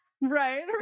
Right